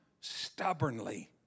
stubbornly